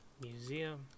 museum